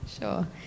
Sure